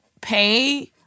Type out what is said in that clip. pay